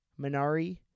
Minari